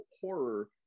horror